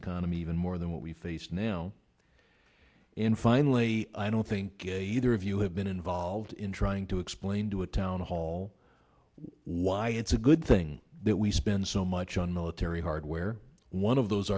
economy even more than what we face now and finally i don't think either of you have been involved in trying to explain to a town hall why it's a good thing that we spend so much on military hardware one of those